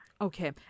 Okay